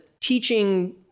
teaching